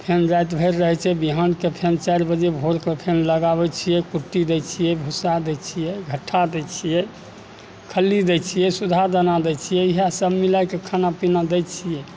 फेन राति भरि रहैत छै बिहानके फेन चारि बजे भोरके फेन लगाबैत छियै कुट्टी दै छियै भुसा दै छियै घट्ठा दै छियै खल्ली दै छियै सुधा दाना दै छियै इएह सब मिलाइके खाना पीना दै छियै